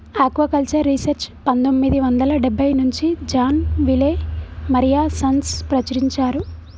aquaculture research పందొమ్మిది వందల డెబ్బై నుంచి జాన్ విలే మరియూ సన్స్ ప్రచురించారు